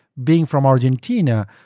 being from argentina,